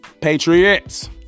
Patriots